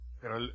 Pero